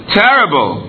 terrible